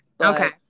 okay